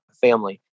family